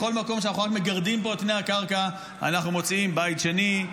בכל מקום שאנחנו רק מגרדים בו את פני הקרקע אנחנו מוצאים בית שני,